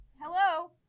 hello